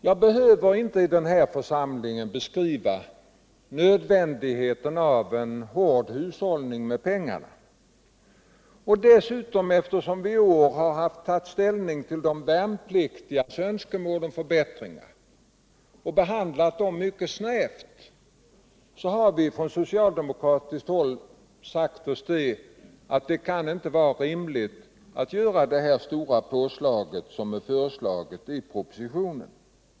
Jag behöver inte i denna församling beskriva nödvändigheten av en hård hushållning med pengar. Eftersom riksdagen dessutom i år har haft alt ta ställning till de värnpliktigas önskemål om förbättringar och behandlat dem mycket snävt, har vi på socialdemokratiskt håll sagt oss att det inte kan vara rimligt att göra det stora påslag som är föreslaget i propositionen.